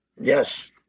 Yes